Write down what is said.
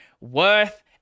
worth